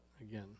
again